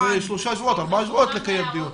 אחרי שלושה-ארבעה שבועות לקיים דיון.